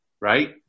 right